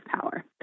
power